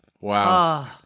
Wow